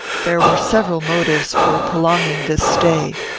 there were several motives for prolonging this stay.